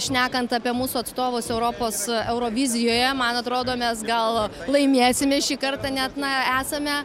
šnekant apie mūsų atstovus europos eurovizijoje man atrodo mes gal laimėsime šį kartą net na esame